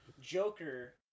Joker